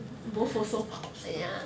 both also pops